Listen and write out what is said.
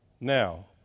Now